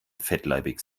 fettleibig